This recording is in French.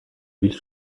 ville